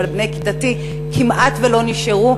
אבל בני כיתתי כמעט לא נשארו,